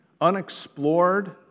unexplored